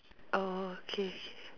okay